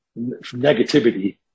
negativity